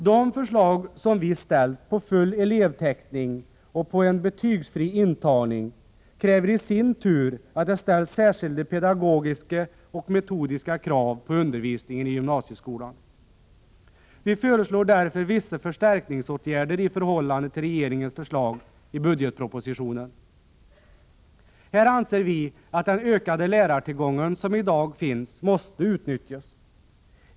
De förslag till full elevtäckning och en betygsfri intagning som vi framställt kräver i sin tur att det ställs särskilda pedagogiska och metodiska krav på undervisningen i gymnasieskolan. Vi föreslår därför vissa förstärkningsåtgärder i förhållande till regeringens förslag i budgetpropositionen. Vi anser att den ökade tillgång på lärare som i dag finns måste utnyttjas.